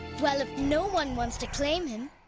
well, if no one wants to claim him,